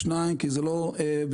דבר שני, כי זה לא בסמכותנו.